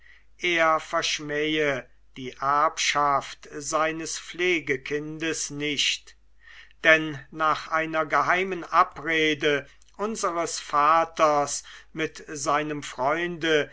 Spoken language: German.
er verschmähe die erbschaft seines pflegekindes nicht denn nach einer geheimen abrede unseres vaters mit seinem freunde